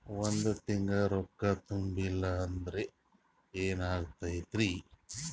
ಒಂದ ತಿಂಗಳ ರೊಕ್ಕ ತುಂಬಿಲ್ಲ ಅಂದ್ರ ಎನಾಗತೈತ್ರಿ?